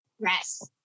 Yes